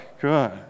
good